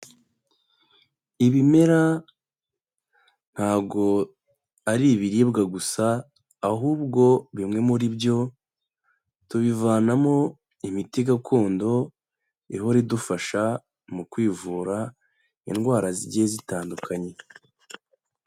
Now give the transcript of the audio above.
Ibimera ntabwo ari ibiribwa gusa, ahubwo bimwe muri byo tubivanamo imiti gakondo ihora idufasha mu kwivura indwara zigiye zitandukanye.